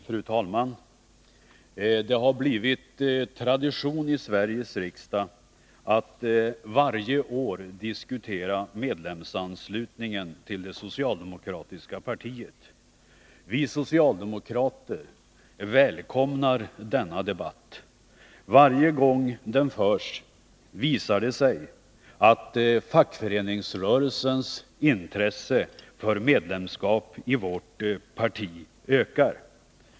Fru talman! Det har blivit tradition i Sveriges riksdag att varje år diskutera medlemsanslutningen till det socialdemokratiska partiet. Vi socialdemokrater välkomnar denna debatt. Varje gång den förs visar det sig att fackföreningsrörelsens intresse för medlemskap i vårt parti ökar.